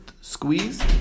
squeeze